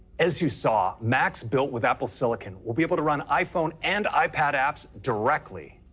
as you saw, macs built with apple silicon will be able to run iphone and ipad apps directly.